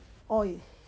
oil